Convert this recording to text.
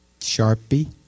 Sharpie